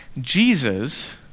Jesus